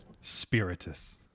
Spiritus